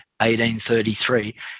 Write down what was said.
1833